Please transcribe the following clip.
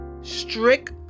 strict